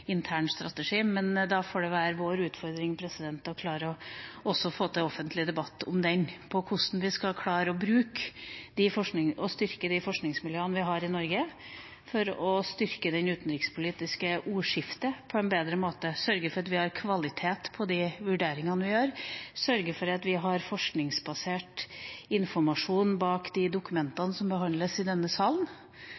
intern strategi, men da får det være vår utfordring å klare å få til en offentlig debatt om den når det gjelder hvordan vi skal klare å bruke og styrke de forskningsmiljøene vi har i Norge, for å styrke det utenrikspolitiske ordskiftet på en bedre måte, sørge for at vi har kvalitet på de vurderingene vi gjør, og sørge for at det er forskningsbasert informasjon bak de